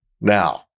Now